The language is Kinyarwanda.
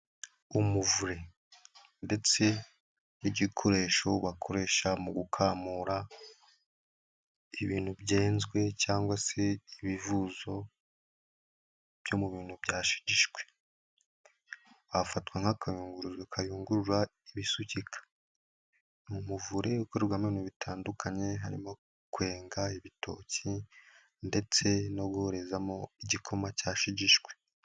Umuvure ndetse n'igikoresho bakoresha mu gukamura ibintu byenzwe cyangwa se ibivuzo byo mu bintu byashigishwe gafatwa nk'akayunguruzo kayungurura ibisukika, umuvure ibikorwa bitandukanye harimo kwenga ibitoki ndetse no guhorezamo igikoma cyashigishwe.